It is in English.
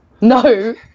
No